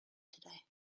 today